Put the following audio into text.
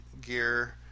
gear